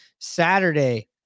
Saturday